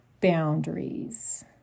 boundaries